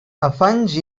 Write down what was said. afanys